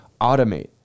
automate